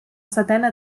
setena